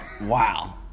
Wow